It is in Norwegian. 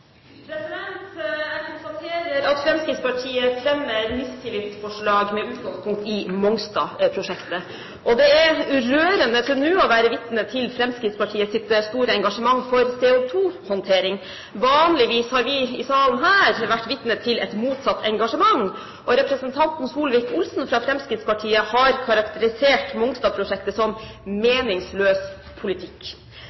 rørende nå å være vitne til Fremskrittspartiets store engasjement for CO2-håndtering. Vanligvis har vi her i salen vært vitne til et motsatt engasjement. Og representanten Solvik-Olsen fra Fremskrittspartiet har karakterisert Mongstad-prosjektet som